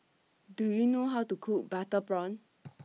Do YOU know How to Cook Butter Prawn